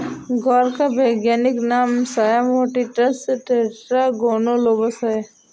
ग्वार का वैज्ञानिक नाम साया मोटिसस टेट्रागोनोलोबस है